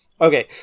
okay